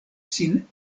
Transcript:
sin